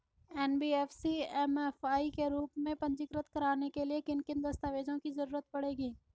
NBFC MFI के रूप में पंजीकृत कराने के लिए किन किन दस्तावेजों की जरूरत पड़ेगी?